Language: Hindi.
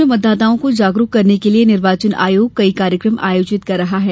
प्रदेश में मतदाताओं को जागरूक करने के लिये निर्वाचन आयोग कई कार्यक्रम आयोजित कर रहा है